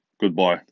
Goodbye